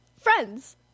Friends